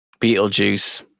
Beetlejuice